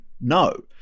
No